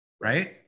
Right